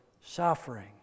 suffering